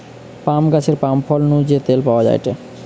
পাম গাছের পাম ফল নু যে তেল পাওয়া যায়টে